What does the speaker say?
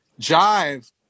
Jive